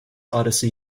odyssey